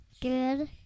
Good